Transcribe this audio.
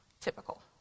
typical